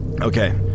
Okay